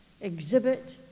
exhibit